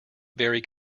very